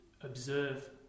observe